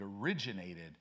originated